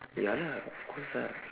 ya lah of course ah